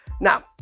Now